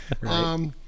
Right